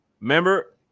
remember